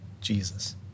Jesus